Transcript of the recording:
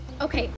Okay